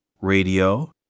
radio